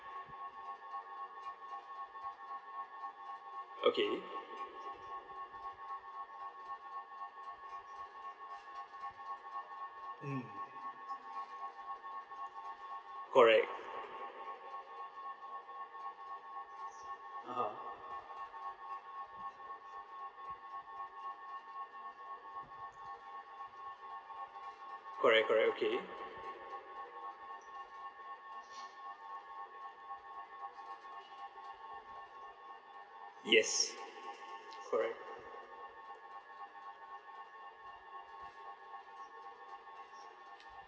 okay mm correct (uh huh) correct correct okay yes correct